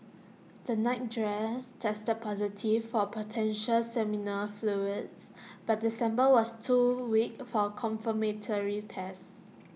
the nightdress tested positive for potential seminal fluids but the sample was too weak for confirmatory tests